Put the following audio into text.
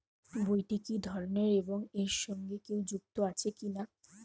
বইটি কি ধরনের এবং এর সঙ্গে কেউ যুক্ত আছে কিনা?